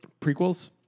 Prequels